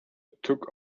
took